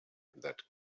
that